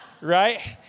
right